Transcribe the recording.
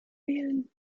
wählen